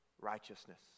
righteousness